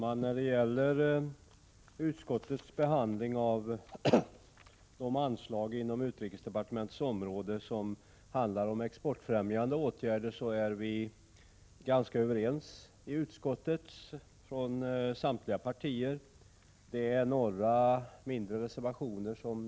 Herr talman! I utskottets behandling av de anslag inom utrikesdepartementets område som går till exportfrämjande åtgärder har vi från samtliga partier varit ganska överens. I betänkandet finns några mindre reservationer.